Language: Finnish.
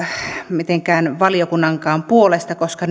mitenkään valiokunnankaan puolesta koska